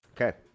Okay